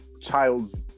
child's